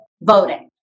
voting